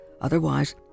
otherwise